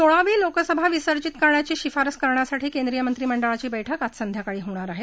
सोळावी लोकसभा विसर्जित करण्याची शिफारस करण्यासाठी केंद्रिय मंत्रिमंडळाची बैठक आज संध्याकाळी होणार आहे